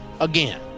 again